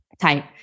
type